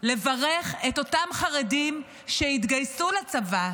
לברך את אותם חרדים שהתגייסו לצבא,